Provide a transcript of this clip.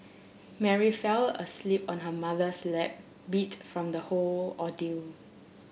Mary fell asleep on her mother's lap beat from the whole ordeal